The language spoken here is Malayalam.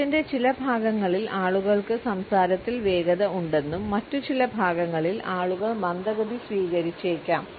രാജ്യത്തിന്റെ ചില ഭാഗങ്ങളിൽ ആളുകൾക്ക് സംസാരത്തിൽ വേഗത ഉണ്ടെന്നും മറ്റുചില ഭാഗങ്ങളിൽ ആളുകൾ മന്ദഗതി സ്വീകരിച്ചേക്കാം